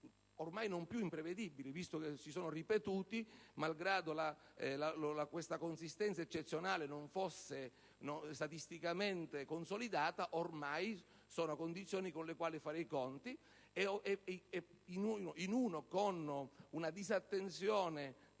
ormai non più imprevedibili, visto che si sono ripetuti e che, malgrado questa consistenza eccezionale non fosse statisticamente consolidata, ormai si tratta di condizioni con le quali fare i conti; e proprio in quei versanti, dove